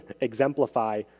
exemplify